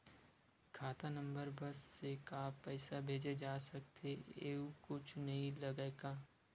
खाता नंबर बस से का पईसा भेजे जा सकथे एयू कुछ नई लगही का?